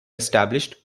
established